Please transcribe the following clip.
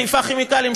חיפה כימיקלים,